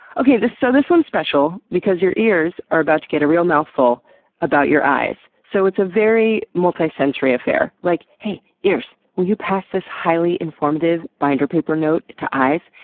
this so this one's special because your ears are about to get a real mouthful about your eyes. so it's a very multi-sensory affair. like, hey ears, will you pass this highly informative binder-paper note to eyes?